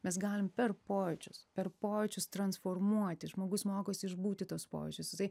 mes galim per pojūčius per pojūčius transformuoti žmogus mokosi išbūti tuos pojūčius jisai